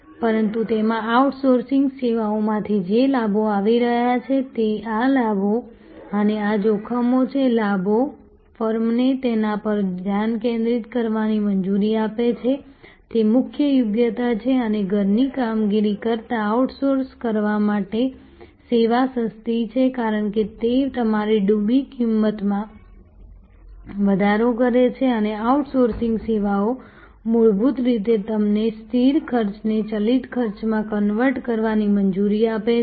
પરંતુ તેમાં આઉટસોર્સિંગ સેવાઓમાંથી જે લાભો આવી રહ્યા છે તે આ લાભો અને આ જોખમો છે લાભો ફર્મને તેના પર ધ્યાન કેન્દ્રિત કરવાની મંજૂરી આપે છે તે મુખ્ય યોગ્યતા છે અને ઘરની કામગીરી કરતાં આઉટસોર્સ કરવા માટે સેવા સસ્તી છે કારણ કે તે તમારી ડૂબી કિંમતમાં વધારો કરે છે અને આઉટસોર્સિંગ સેવાઓ મૂળભૂત રીતે તમને સ્થિર ખર્ચને ચલિત ખર્ચમાં કન્વર્ટ કરવાની મંજૂરી આપે છે